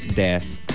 desk